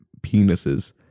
penises